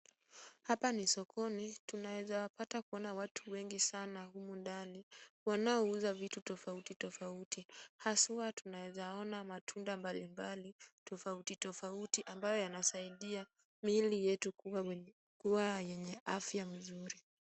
Hapa ni sokoni, tunaeza pata kuona watu wengi sana humu ndani, wanaouza vitu tofauti tofauti, haswa tunaeza ona matunda mbalimbali tofauti tofauti ambayo yanasaidia miili yetu kuwa yenye afya mzuri.